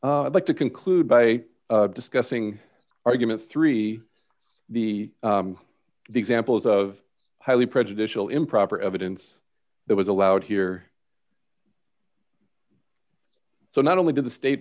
i'd like to conclude by discussing arguments three the examples of highly prejudicial improper evidence that was allowed here so not only to the state